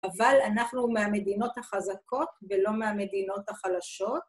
אבל אנחנו מהמדינות החזקות ולא מהמדינות החלשות.